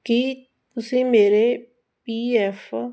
ਕੀ ਤੁਸੀਂ ਮੇਰੇ P F